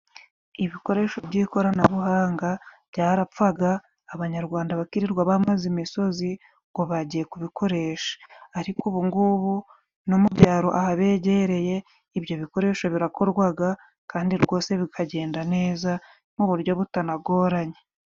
Ibikoresho by'ikoranabuhanga byarapfaga, abanyarwanda bakirirwa bambaza imisozi ngo bagiye kubikoresha. Ariko ubungubu no mu byaro ahabegereye, ibyo bikoresho birakorwaga kandi rwose bikagenda neza, mu buryo butanagoranye.